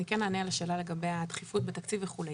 אני כן אענה על השאלה לגבי הדחיפות בתקציב וכו'.